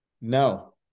No